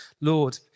Lord